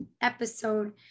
episode